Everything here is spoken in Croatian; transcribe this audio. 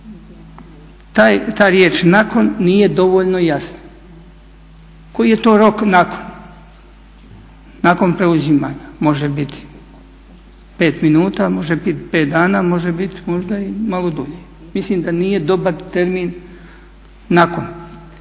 Ta riječ nakon nije dovoljno jasna. Koji je to rok nakon? Nakon preuzimanje može biti 5 minuta, može biti 5 dana, a može biti možda i malo dulje. Mislim da nije dobar termin nakon.